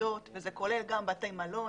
מסעדות וגם בתי מלון,